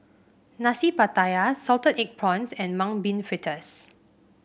Nasi Pattaya Salted Egg Prawns and Mung Bean Fritters